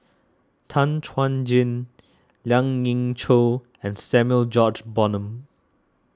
Tan Chuan Jin Lien Ying Chow and Samuel George Bonham